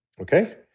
okay